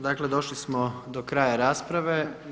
Dakle, došli smo do kraja rasprave.